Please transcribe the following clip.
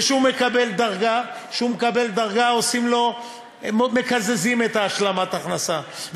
וכשהוא מקבל דרגה הם עוד מקזזים את השלמת ההכנסה,